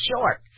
short